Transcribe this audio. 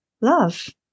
love